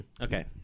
okay